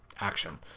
action